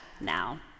now